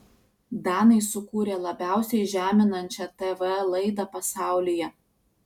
danai sukūrė labiausiai žeminančią tv laidą pasaulyje